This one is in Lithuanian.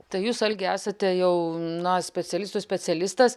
tai jūs algi esate jau na specialistų specialistas